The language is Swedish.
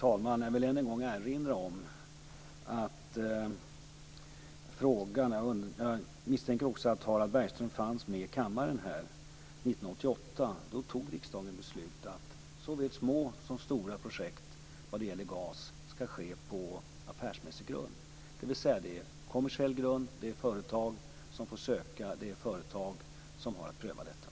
Fru talman! Jag misstänker att Harald Bergström fanns med här i kammaren 1988 då riksdagen fattade beslut om att såväl små som stora projekt, vad gäller gas, skall ske på affärsmässig grund, dvs. kommersiell grund. Det är företag som får söka. Det är företag som har att pröva detta.